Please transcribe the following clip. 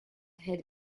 had